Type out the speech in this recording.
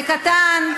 זה קטן?